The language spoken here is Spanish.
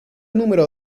número